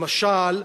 למשל,